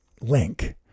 link